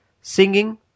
singing